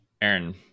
Aaron